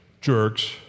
Jerks